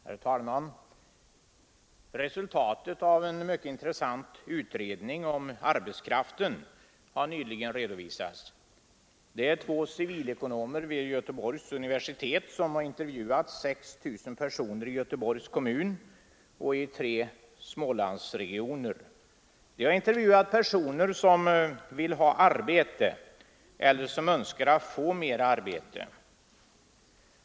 Herr talman! Resultatet av en mycket intressant utredning om arbetskraften har nyligen redovisats. Det är två civilekonomer vid Göteborgs universitet som intervjuat 6 000 personer i Göteborgs kommun och i tre Smålandsregioner, personer som vill ha arbete eller som önskar få mera arbete.